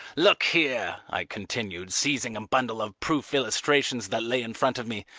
look here, i continued, seizing a bundle of proof illustrations that lay in front of me,